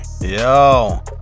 yo